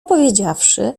powiedziawszy